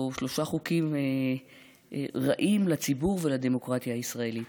או שלושה חוקים, רעים לציבור ולדמוקרטיה הישראלית.